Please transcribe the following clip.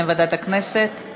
תודה,